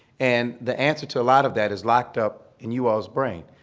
and the answer to a lot of that is locked up in you all's brain.